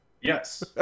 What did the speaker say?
Yes